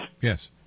Yes